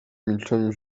milczeniu